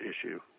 issue